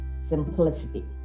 Simplicity